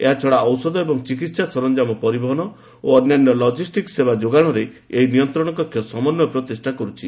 ଏହାଛଡ଼ା ଔଷଧ ଏବଂ ଚିକିତ୍ସା ସରଞ୍ଜାମ ପରିବହନ ଏବଂ ଅନ୍ୟାନ୍ୟ ଲଜିଷ୍ଟିକ୍ସ ସେବା ଯୋଗାଣରେ ଏହି ନିୟନ୍ତ୍ରଣ କକ୍ଷ ସମନ୍ଚୟ ପ୍ରତିଷ୍ଠା କରୁଛି